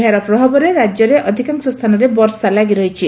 ଏହାର ପ୍ରଭାବରେ ରାଜ୍ୟରେ ଅଧିକାଂଶ ସ୍ତାନରେ ବର୍ଷା ଲାଗି ରହିଛି